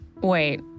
Wait